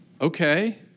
Okay